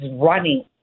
running